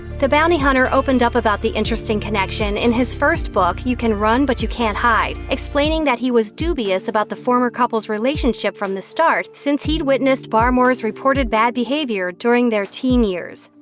the bounty hunter opened up about the interesting connection in his first book, you can run but you can't hide, explaining that he was dubious about the former couple's relationship from the start since he'd witnessed barmore's reported bad behavior during their teen years.